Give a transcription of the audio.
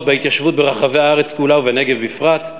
בהתיישבות ברחבי הארץ כולה ובנגב בפרט,